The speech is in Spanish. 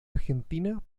argentina